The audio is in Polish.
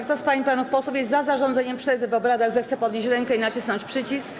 Kto z pań i panów posłów jest zarządzeniem przerwy w obradach, zechce podnieść rękę i nacisnąć przycisk.